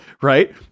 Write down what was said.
Right